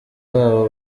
babo